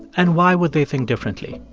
and why would they think differently?